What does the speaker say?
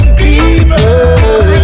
people